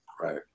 right